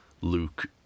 Luke